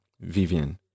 Vivian